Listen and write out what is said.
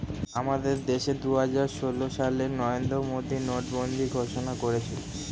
আমাদের দেশে দুহাজার ষোল সালে নরেন্দ্র মোদী নোটবন্দি ঘোষণা করেছিল